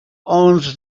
owns